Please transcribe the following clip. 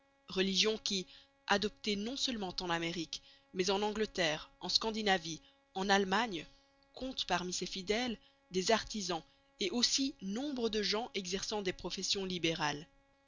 religion qui adoptée non seulement en amérique mais en angleterre en scandinavie en allemagne compte parmi ses fidèles des artisans et aussi nombre de gens exerçant des professions libérales